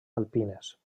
alpines